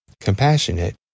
compassionate